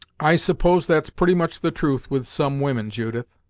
i suppose that's pretty much the truth with some women, judith,